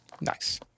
Nice